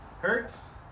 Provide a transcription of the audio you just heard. Hurts